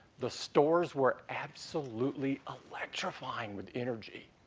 the stores were absolutely electrifying with energy.